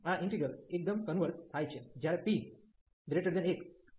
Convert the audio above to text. આ ઇન્ટિગ્રેલ્સ એકદમ કન્વર્ઝ થાય છે જ્યારે p 1